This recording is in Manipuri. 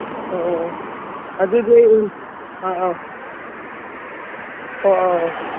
ꯑꯣ ꯑꯣ ꯑꯣ ꯑꯗꯨꯗꯤ ꯑꯧ ꯑꯧ ꯑꯣ ꯑꯣ ꯑꯣ